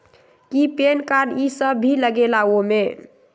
कि PAN card इ सब भी लगेगा वो में?